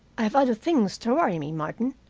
i have other things to worry me, martin,